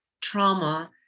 trauma